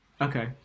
Okay